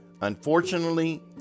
Unfortunately